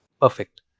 Perfect